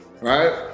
Right